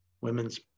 women's